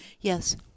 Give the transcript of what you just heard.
Yes